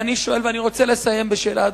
אני רוצה לסיים בשאלה,